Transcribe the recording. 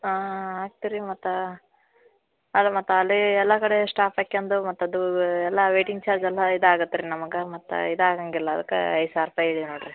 ಆಂ ಆಯ್ತು ರೀ ಮತ್ತು ಅದು ಮತ್ತೆ ಅಲ್ಲೇ ಎಲ್ಲ ಕಡೆ ಸ್ಟಾಪ್ ಹಾಕ್ಕಂದು ಮತ್ತೆ ಅದು ಎಲ್ಲ ವೇಟಿಂಗ್ ಚಾರ್ಜ್ ಎಲ್ಲ ಇದು ಆಗತ್ತೆ ರೀ ನಮಗೆ ಮತ್ತು ಇದಾಗೋಂಗಿಲ್ಲ ಅದ್ಕೆ ಐದು ಸಾವಿರ ರೂಪಾಯಿ ಇದೆ ನೋಡಿರಿ